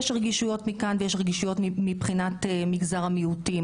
יש רגישויות מכאן ויש רגישויות מבחינת מגזר המיעוטים